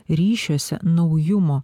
ryšiuose naujumo